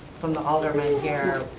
from the alderman here